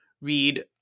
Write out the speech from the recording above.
read